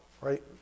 right